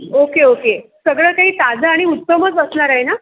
okay okay सगळं काही ताजं आणि उत्तमच असणार आहे ना